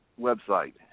website